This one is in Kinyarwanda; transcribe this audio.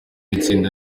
itsinda